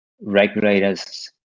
regulators